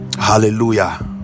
hallelujah